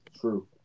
True